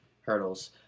hurdles